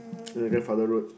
your grandfather road